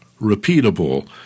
repeatable